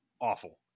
awful